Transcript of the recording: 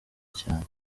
cyane